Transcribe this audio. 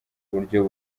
buryo